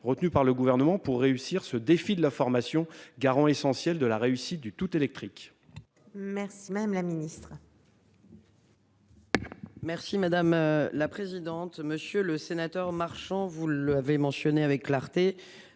retenues par le gouvernement pour réussir ce défi de la formation garant essentiel de la réussite du tout électrique. Merci madame la ministre. Merci madame la présidente, monsieur le sénateur, marchant, vous l'avez mentionné avec clarté.